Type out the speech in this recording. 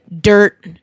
dirt